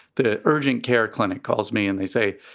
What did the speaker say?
the urgent care clinic calls me and they say,